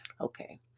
Okay